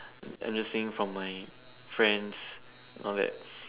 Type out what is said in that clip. I'm just saying from my friends and all that